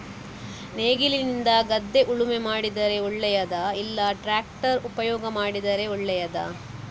ನೇಗಿಲಿನಿಂದ ಗದ್ದೆ ಉಳುಮೆ ಮಾಡಿದರೆ ಒಳ್ಳೆಯದಾ ಇಲ್ಲ ಟ್ರ್ಯಾಕ್ಟರ್ ಉಪಯೋಗ ಮಾಡಿದರೆ ಒಳ್ಳೆಯದಾ?